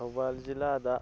ꯊꯧꯕꯥꯜ ꯖꯤꯂꯥꯗ